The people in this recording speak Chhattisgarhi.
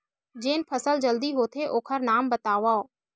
जेन फसल जल्दी होथे ओखर नाम बतावव?